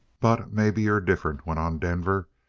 but maybe you're different, went on denver.